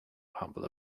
humble